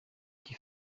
qui